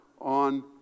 on